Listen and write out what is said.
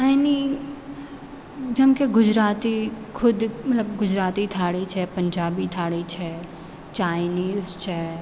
અહીંની જેમકે ગુજરાતી ખુદ મતલબ ગુજરાતી થાળી છે પંજાબી થાળી છે ચાઇનીઝ છે